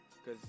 Cause